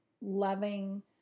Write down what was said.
loving